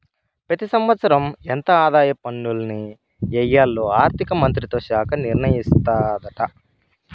పెతి సంవత్సరం ఎంత ఆదాయ పన్నుల్ని ఎయ్యాల్లో ఆర్థిక మంత్రిత్వ శాఖ నిర్ణయిస్తాదాట